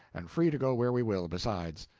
and free to go where we will, besides.